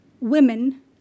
women